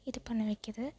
இது பண்ண வைக்கிது